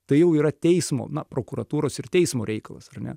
tai jau yra teismo prokuratūros ir teismo reikalas ar ne